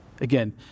Again